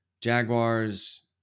Jaguars